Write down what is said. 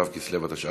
ו' בכסלו התשע"ט,